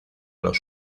los